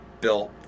built